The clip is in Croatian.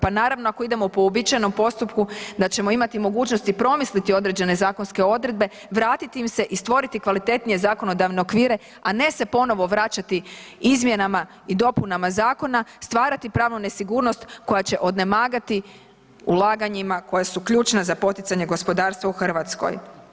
Pa naravno ako idemo po uobičajenom postupku da ćemo imati mogućnosti promisliti određene zakonske odredbe vratiti im se i stvoriti kvalitetnije zakonodavne okvire, a ne se ponovo vraćati izmjenama i dopunama zakona, stvarati pravnu nesigurnost koja će odnemagati ulaganjima koja su ključna za poticanje gospodarstva u Hrvatskoj.